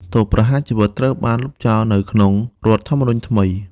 ទោសប្រហារជីវិតត្រូវបានលុបចោលនៅក្នុងរដ្ឋធម្មនុញ្ញថ្មី។